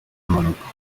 impanuka